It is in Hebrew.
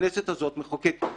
שהכנסת הזאת מחוקקת,